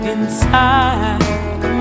Inside